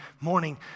morning